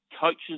coaches